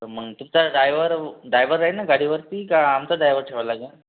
तर मग तुमचा डायव्हर डायव्हर राहील ना गाडीवरती का आमचा डायव्हर ठेवायला लागेल